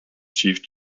chief